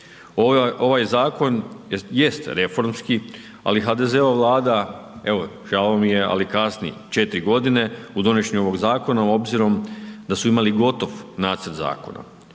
Ovaj zakon jest reformski ali HDZ-ova Vlada, evo žao mi je ali kasni 4 godine u donošenju ovog zakona obzirom da su imali gotov nacrt zakona.